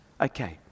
Okay